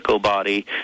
body